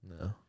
No